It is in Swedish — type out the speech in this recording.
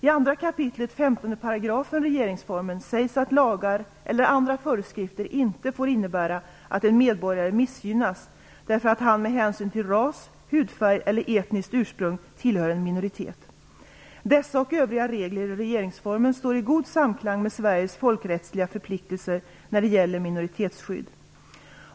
I 2 kap. 15 § regeringsformen sägs att lagar eller andra föreskrifter inte får innebära att en medborgare missgynnas därför att han med hänsyn till ras, hudfärg eller etniskt ursprung tillhör en minoritet. Dessa och övriga regler i regeringsformen står i god samklang med Sveriges folkrättsliga förpliktelser när det gäller minoritetsskydd.